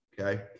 Okay